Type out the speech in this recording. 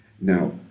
Now